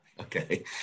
Okay